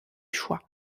choix